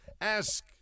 Ask